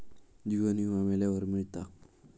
जीवन विमा मेल्यावर मिळता